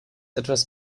etwas